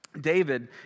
David